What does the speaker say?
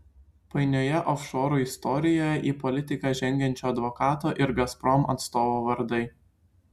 painioje ofšorų istorijoje į politiką žengiančio advokato ir gazprom atstovo vardai